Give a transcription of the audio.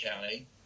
County